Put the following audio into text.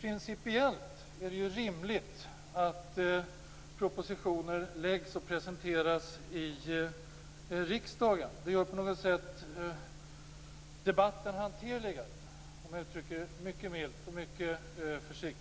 Principiellt är det rimligt att propositioner som läggs fram presenteras i riksdagen. På något sätt blir då debatten hanterligare, mycket milt och mycket försiktigt uttryckt.